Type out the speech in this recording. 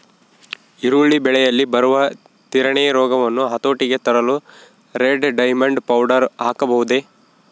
ಈರುಳ್ಳಿ ಬೆಳೆಯಲ್ಲಿ ಬರುವ ತಿರಣಿ ರೋಗವನ್ನು ಹತೋಟಿಗೆ ತರಲು ರೆಡ್ ಡೈಮಂಡ್ ಪೌಡರ್ ಹಾಕಬಹುದೇ?